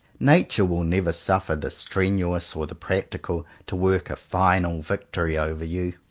nature will never suffer the strenuous or the practical to work a final victory over you.